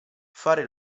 fare